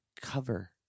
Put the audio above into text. cover